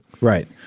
right